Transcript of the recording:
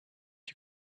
you